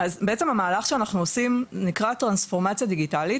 המהלך שאנחנו עושים נקרא טרנספורמציה דיגיטלית.